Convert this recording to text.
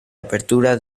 apertura